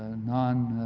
non